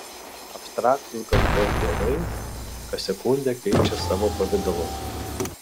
abstraktūs gamtos dievai kas sekundę keičią savo pavidalus